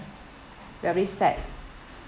very sad